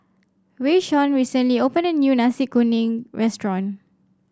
Rayshawn recently opened a new Nasi Kuning Restaurant